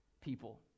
people